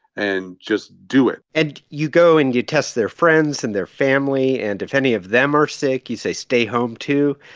and just do it and you go, and you test their friends and their family. and if any of them are sick, you say, stay home, too.